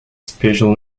special